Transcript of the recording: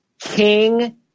king